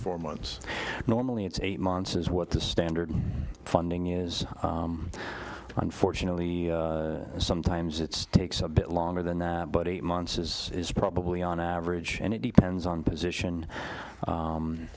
four months normally it's eight months is what the standard funding is unfortunately sometimes it's takes a bit longer than that but eight months is probably on average and it depends on position